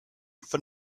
for